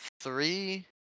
three